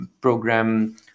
program